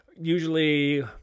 usually